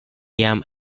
jam